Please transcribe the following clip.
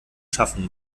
schaffen